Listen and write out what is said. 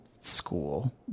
school